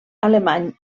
alemany